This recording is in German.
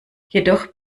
jedoch